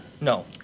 no